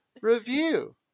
review